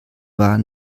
war